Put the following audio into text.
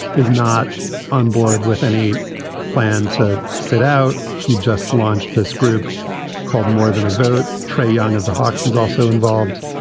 is not onboard with any plan to sit out. he just launched this group called more than a vote. trey young of the hawks is also involved.